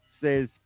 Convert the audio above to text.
says